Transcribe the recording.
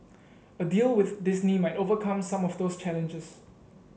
a deal with Disney might overcome some of those challenges